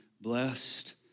Blessed